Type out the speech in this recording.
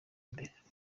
imbere